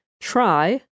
try